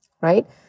Right